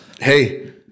Hey